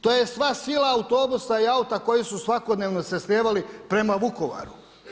To je sva sila autobusa i auta koji su svakodnevno se slijevali prema Vukovaru.